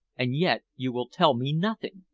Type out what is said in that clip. and yet you will tell me nothing!